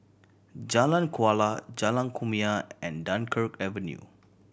Jalan Kuala Jalan Kumia and Dunkirk Avenue